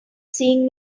seeing